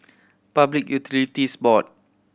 Public Utilities Board